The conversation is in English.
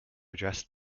addressed